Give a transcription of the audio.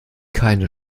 keine